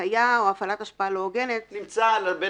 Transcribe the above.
הטעיה או הפעלת השפעה לא הוגנת." אמרנו